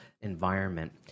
environment